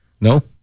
No